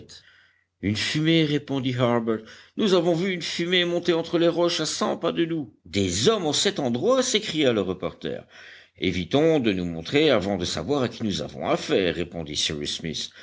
une fumée répondit harbert nous avons vu une fumée monter entre les roches à cent pas de nous des hommes en cet endroit s'écria le reporter évitons de nous montrer avant de savoir à qui nous avons affaire répondit